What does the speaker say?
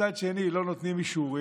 מצד שני לא נותנים אישורים,